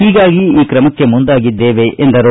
ಹೀಗಾಗಿ ಈ ಕ್ರಮಕ್ಕೆ ಮುಂದಾಗಿದ್ದೇವೆ ಎಂದರು